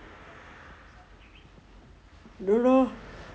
don't know